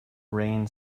rain